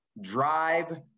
drive